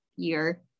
year